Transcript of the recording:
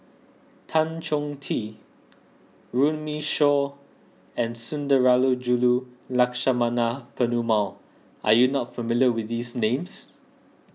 Tan Chong Tee Runme Shaw and Sundarajulu Lakshmana Perumal are you not familiar with these names